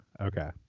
Okay